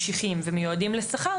צריך להבין את ההשלכות שלהן,